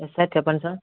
yes sir చెప్పండి sir